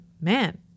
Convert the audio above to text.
man